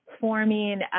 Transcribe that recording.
forming